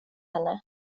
henne